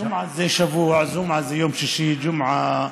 ג'ומעה זה שבוע, ג'ומעה זה יום שישי, ג'ומעה,